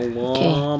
okay